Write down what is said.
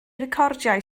recordiau